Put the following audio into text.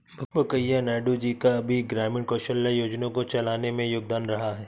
वैंकैया नायडू जी का भी ग्रामीण कौशल्या योजना को चलाने में योगदान रहा है